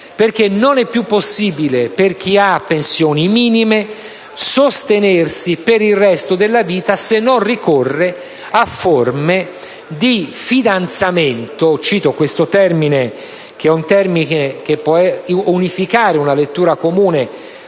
perché non è più possibile per chi ha pensioni minime sostenersi per il resto della vita se non ricorrendo a forme di «fidanzamento» (utilizzo questo termine, che può consentire una lettura comune